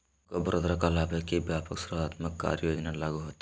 bank of Baroda कहलकय कि व्यापक सुधारात्मक कार्य योजना लागू होतय